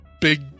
big